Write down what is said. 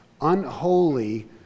unholy